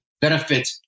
benefit